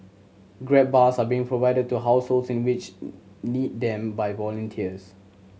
grab bars are being provided to households in which need them by volunteers